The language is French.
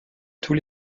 tous